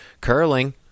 curling